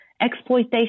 exploitation